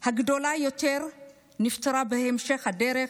הגדולה יותר נפטרה בהמשך הדרך,